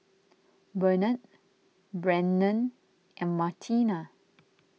Benard Brennan and Martina